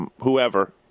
whoever